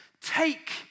Take